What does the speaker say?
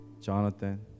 Jonathan